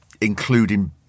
including